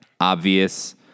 obvious